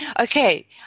Okay